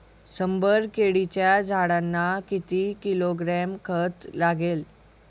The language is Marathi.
शंभर केळीच्या झाडांना किती किलोग्रॅम खत लागेल?